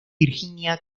virginia